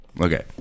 Okay